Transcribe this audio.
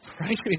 right